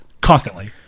constantly